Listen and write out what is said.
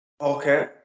Okay